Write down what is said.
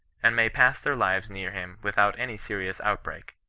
and may pass their lives near him without any serious outbreak.